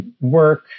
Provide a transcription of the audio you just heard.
work